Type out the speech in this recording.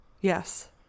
yes